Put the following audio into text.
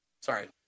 Sorry